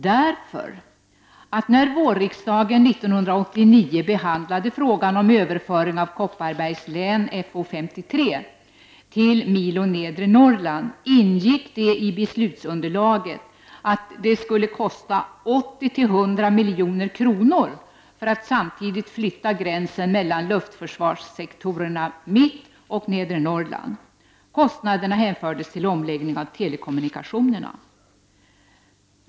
Då vårriksdagen 1989 behandlade frågan om överföring av Kopparbergs län/Fo 53 till milo Nedre Norrland ingick det nämligen i beslutsunderlaget att det skulle kosta 80-100 miljoner att samtidigt flytta gränsen mellan luftförsvarssektorerna Mitt och Nedre Norrland. Kostnaderna hänfördes till den omläggning av telekommunikationerna som skulle behövas.